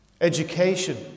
education